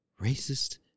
racist